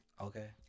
Okay